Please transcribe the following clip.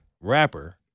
rapper